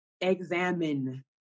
examine